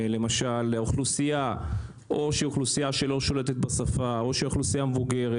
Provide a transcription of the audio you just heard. לאנשים מאוכלוסייה שלא שולטת בשפה או אוכלוסייה מבוגרת?